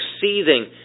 seething